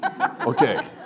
Okay